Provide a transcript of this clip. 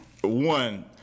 one